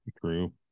True